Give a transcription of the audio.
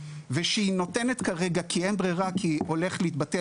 ושהיא נותנת כרגע כי אין ברירה כי הולך להתבטל